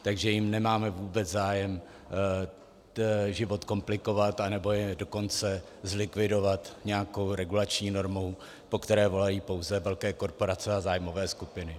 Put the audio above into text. Takže jim nemáme vůbec zájem život komplikovat, anebo je dokonce zlikvidovat nějakou regulační normou, po které volají pouze velké korporace a zájmové skupiny.